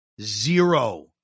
Zero